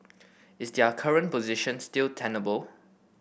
is their current position still tenable